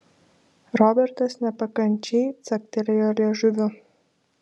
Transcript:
robertas nepakančiai caktelėjo liežuviu